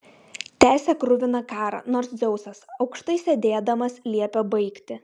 tęsė kruviną karą nors dzeusas aukštai sėdėdamas liepė baigti